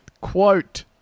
Quote